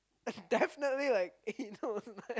definitely like anal on that